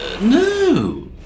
no